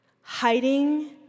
Hiding